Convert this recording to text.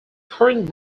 current